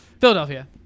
Philadelphia